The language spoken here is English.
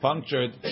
Punctured